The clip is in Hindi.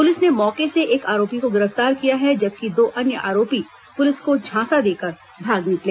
पुलिस ने मौके से एक आरोपी को गिरफ्तार किया है जबकि दो अन्य आरोपी पुलिस को झांसा देकर भाग निकले